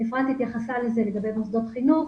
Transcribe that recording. ואפרת התייחסה לזה לגבי מוסדות החינוך.